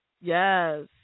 Yes